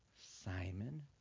Simon